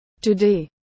Today